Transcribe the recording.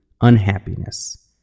unhappiness